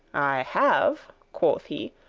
i have, quoth he,